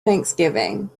thanksgiving